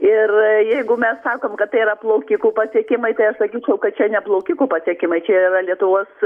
ir jeigu mes sakom kad tai yra plaukikų pasiekimai tai aš sakyčiau kad čia ne plaukikų pasiekimai čia yra lietuvos